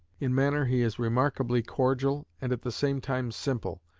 in manner he is remarkably cordial and at the same time simple.